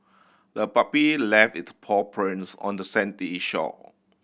the puppy left its paw prints on the sandy shore